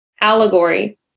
allegory